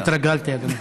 התרגלתי, אדוני.